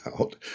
out